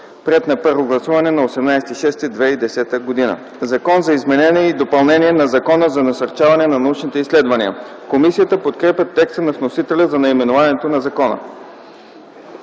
приет на първо гласуване на 18 юни 2010 г. „Закон за изменение и допълнение на Закона за насърчаване на научните изследвания.” Комисията подкрепя текста на вносителя за наименованието на закона.